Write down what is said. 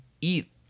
eat